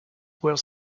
were